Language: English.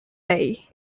day